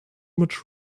much